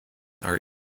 are